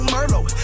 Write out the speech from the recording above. Merlot